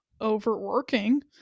overworking